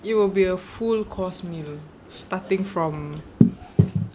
it will be a full course meal starting from